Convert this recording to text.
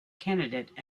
candidate